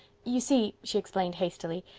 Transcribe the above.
you see, she explained hastily,